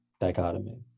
dichotomy